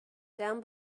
down